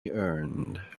earned